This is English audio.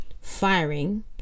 firing